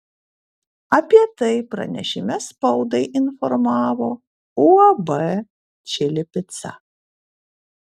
apie tai pranešime spaudai informavo uab čili pica